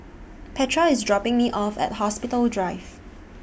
Petra IS dropping Me off At Hospital Drive